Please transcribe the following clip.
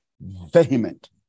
vehement